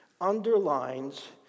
underlines